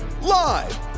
live